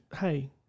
hey